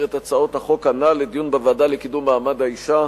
את הצעות החוק הנ"ל לדיון בוועדה לקידום מעמד האשה,